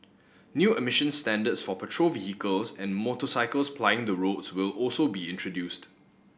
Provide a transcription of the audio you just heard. new emission standards for petrol vehicles and motorcycles plying the roads will also be introduced